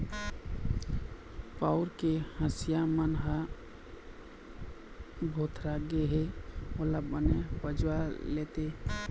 पउर के हँसिया मन ह भोथरा गे हे ओला बने पजवा लेते